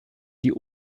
die